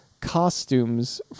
costumes